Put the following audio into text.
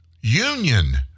union